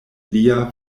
lia